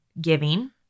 giving